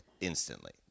instantly